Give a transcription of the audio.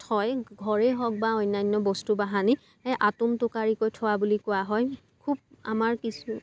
থয় ঘৰেই হওক বা অন্যান্য বস্তু বাহানি আটোম টোকাৰিকৈ থোৱা বুলি কোৱা হয় খুব আমাৰ কিছু